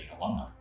alumni